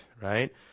right